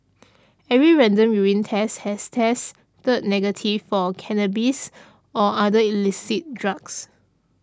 every random urine test since has tested negative for cannabis or other illicit drugs